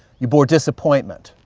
you bore disappointment,